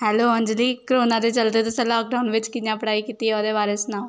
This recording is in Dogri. हैलो अंजलि कोरोना दे चलदे तुसें लॉकडाउन दे बिच कि'यां पढ़ाई कीती ओह्दे बारे च सनाओ